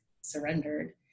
surrendered